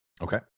okay